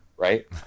Right